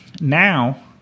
now